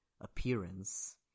appearance